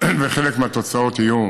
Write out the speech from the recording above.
שחלק מהתוצאות יהיו